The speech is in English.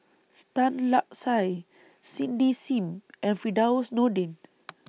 Tan Lark Sye Cindy SIM and Firdaus Nordin